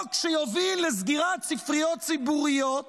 חוק שיוביל לסגירת ספריות ציבוריות